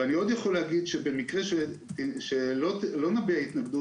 אני יכול גם לומר שבמקרה שלא נביע התנגדות,